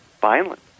violence